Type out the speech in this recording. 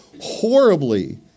horribly